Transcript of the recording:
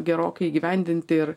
gerokai įgyvendinti ir